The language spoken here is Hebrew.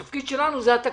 התפקיד שלנו זה התקציב.